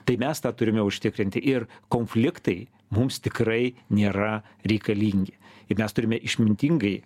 tai mes tą turime užtikrinti ir konfliktai mums tikrai nėra reikalingi ir mes turime išmintingai